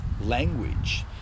language